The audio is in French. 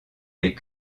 les